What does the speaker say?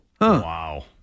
Wow